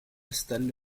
stelle